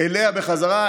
אליה בחזרה.